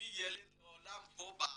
והביא ילד לעולם בארץ.